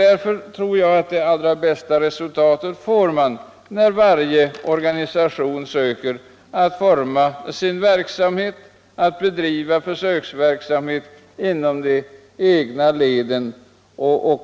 Därför tror jag att man får det bästa resultatet om varje organisation formar sin egen verksamhet och bedriver försöksverksamhet inom de egna leden.